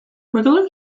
regular